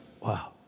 wow